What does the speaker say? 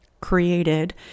created